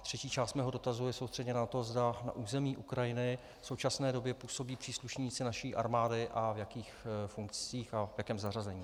Třetí část mého dotazu je soustředěna na to, zda na území Ukrajiny v současné době působí příslušníci naší armády a v jakých funkcích a v jakém zařazení.